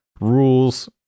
rules